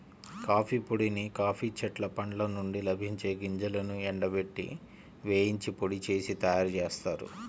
coffee పొడిని coffee చెట్ల పండ్ల నుండి లభించే గింజలను ఎండబెట్టి, వేయించి పొడి చేసి తయ్యారుజేత్తారు